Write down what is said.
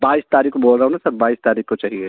बाईस तारीख को बोल रहा हूँ न सर बाईस तारीख को चाहिए